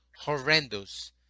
horrendous